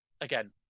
Again